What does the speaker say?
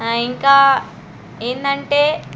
ఇంకా ఏందంటే